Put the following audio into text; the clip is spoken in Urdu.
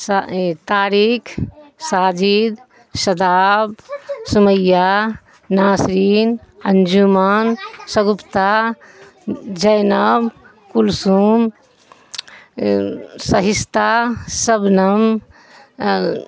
سا طارق ساجد شاداب سمیہ ناسرین انجمن شگفتہ زینب کلثوم شائستہ سبنم